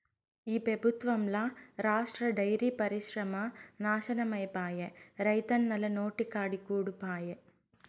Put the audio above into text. ఈ పెబుత్వంల రాష్ట్ర డైరీ పరిశ్రమ నాశనమైపాయే, రైతన్నల నోటికాడి కూడు పాయె